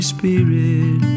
Spirit